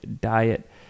diet